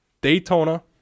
Daytona